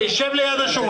זה לא כן ולא,